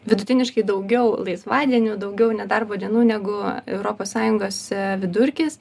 vidutiniškai daugiau laisvadienių daugiau nedarbo dienų negu europos sąjungos vidurkis